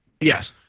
Yes